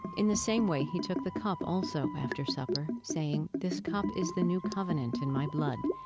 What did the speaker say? in the same way he took the cup also, after supper, saying, this cup is the new covenant in my blood.